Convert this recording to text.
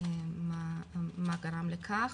מה גרם לכך.